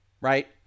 right